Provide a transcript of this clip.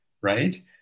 right